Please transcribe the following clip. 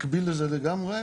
מקביל לזה לגמרי,